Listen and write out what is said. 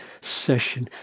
session